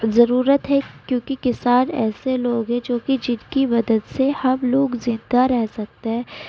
ضرورت ہے کیوں کہ کسان ایسے لوگ ہیں جو کہ جن کی مدد سے ہم لوگ زندہ رہ سکتے ہیں